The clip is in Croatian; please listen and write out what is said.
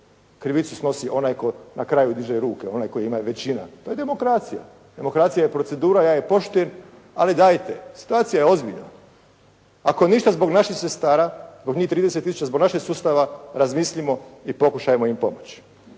krivicu snosi onaj tko na kraju diže ruke, onaj koji ima većinu. To je demokracija. Demokracija je procedura, ja je poštuje, ali dajte, situacija je ozbiljna. Ako ništa, zbog naših sestara, zbog njih 30 tisuća, zbog našeg sustava razmislimo i pokušajmo im pomoći.